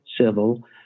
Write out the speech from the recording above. civil